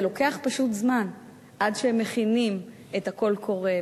זה פשוט לוקח זמן עד שמכינים את הקול הקורא,